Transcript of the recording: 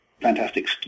fantastic